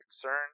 concern